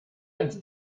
ins